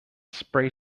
spray